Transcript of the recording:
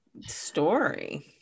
story